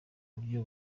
buryo